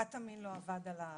קטמין לא עבד עליו.